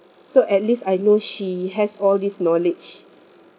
so at least I know she has all this knowledge